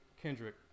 Kendrick